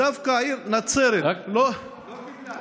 ודווקא העיר נצרת לא, לא קיבלה.